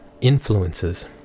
influences